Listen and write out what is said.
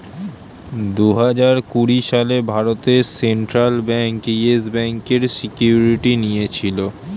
দুহাজার কুড়ি সালে ভারতের সেন্ট্রাল ব্যাঙ্ক ইয়েস ব্যাঙ্কের সিকিউরিটি নিয়েছিল